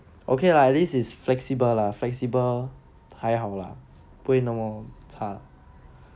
okay lah at least is flexible lah flexible 还好 lah 没有那么差